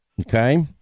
Okay